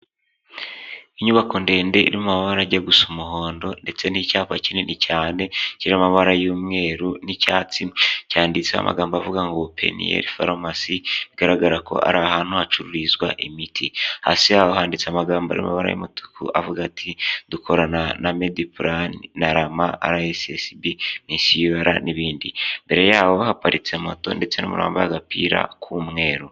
Inyubako ndende iri mu mabara ajya gusa umuhondo ndetse n'icyapa kinini cyane kiri mu mabara y'umweru n'icyatsi, cyanditseho amagambo avuga ngo: "PENIEL PHARMACY", bigaragara ko ari ahantu hacururizwa imiti. Hasi yaho handitse amagambo ari mu mabara y'umutuku avuga ati: "Dukorana na MEDIPLAN na RAMA (RSSB) MS-UR n'ibindi. Imbere yaho haparitse moto ndetse n'umuntu wambaye agapira k'umweru.